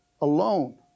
alone